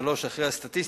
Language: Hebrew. שלוש שנים אחרי הסטטיסטיקה,